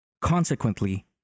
Consequently